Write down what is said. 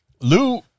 Lou